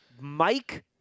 Mike